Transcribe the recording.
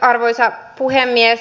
arvoisa puhemies